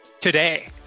today